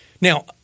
Now